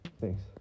thanks